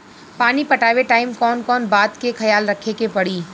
पानी पटावे टाइम कौन कौन बात के ख्याल रखे के पड़ी?